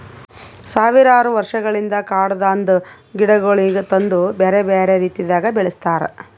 ಸಾವಿರಾರು ವರ್ಷಗೊಳಿಂದ್ ಕಾಡದಾಂದ್ ಗಿಡಗೊಳಿಗ್ ತಂದು ಬ್ಯಾರೆ ಬ್ಯಾರೆ ರೀತಿದಾಗ್ ಬೆಳಸ್ತಾರ್